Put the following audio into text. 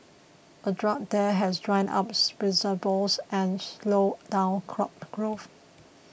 a drought there has dried up reservoirs and slowed down crop growth